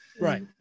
right